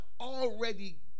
already